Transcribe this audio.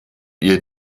ihr